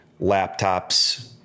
laptops